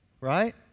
right